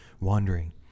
wandering